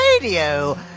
Radio